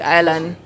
Island